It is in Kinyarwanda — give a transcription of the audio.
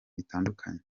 bitandukanye